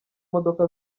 modoka